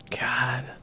God